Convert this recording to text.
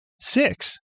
six